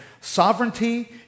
sovereignty